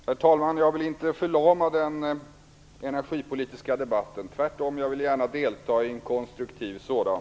Herr talman! Jag vill inte förlama den energipolitiska debatten, tvärtom. Jag vill gärna delta i en konstruktiv sådan.